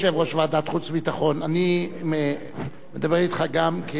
אני מדבר אתך גם כאדם שהוא מנאמני הכנסת.